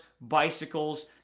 bicycles